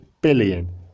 billion